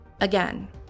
Again